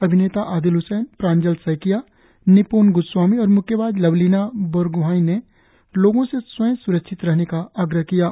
अभिनेता आदिल हसैन प्रांजल सैकिया निपोन गोस्वामी और म्क्केबाज लवलीना बोरग्हाइन ने लोगों से स्वयं स्रक्षित रहने का आग्रह किया है